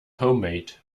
homemade